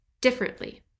differently